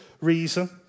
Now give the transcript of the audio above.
reason